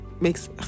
makes